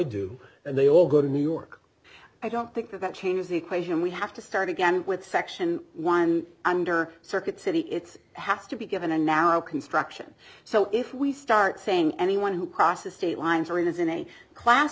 do and they all go to new york i don't think that that changes the equation we have to start again with section one under circuit city it's has to be given and now construction so if we start saying anyone who crosses state lines or in is in a class